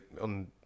on